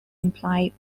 imply